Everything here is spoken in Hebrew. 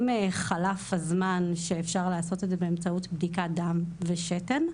אם חלף הזמן שאפשר לעשות את זה באמצעות בדיקת דם ושתן,